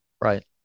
Right